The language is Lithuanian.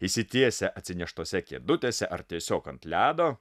išsitiesia atsineštose kėdutėse ar tiesiog ant ledo